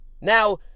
Now